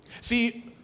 See